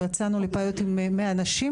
אנחנו יצאנו לפיילוט עם 100 נשים,